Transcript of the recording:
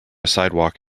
sidewalk